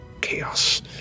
chaos